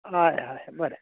हय हय बरें